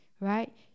right